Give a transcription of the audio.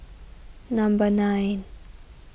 number nine